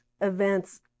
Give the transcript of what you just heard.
events